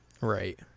Right